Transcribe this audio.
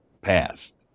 past